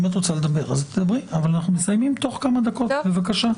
חברת הכנסת שפק, בבקשה.